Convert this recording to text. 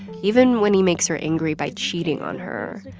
even when he makes her angry by cheating on her.